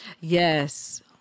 Yes